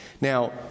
Now